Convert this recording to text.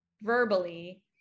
verbally